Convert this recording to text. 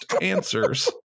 answers